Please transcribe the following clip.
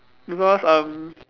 because um